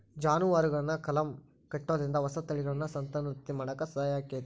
ಜಾನುವಾರುಗಳನ್ನ ಕಲಂ ಕಟ್ಟುದ್ರಿಂದ ಹೊಸ ತಳಿಗಳನ್ನ ಸಂತಾನೋತ್ಪತ್ತಿ ಮಾಡಾಕ ಸಹಾಯ ಆಕ್ಕೆತಿ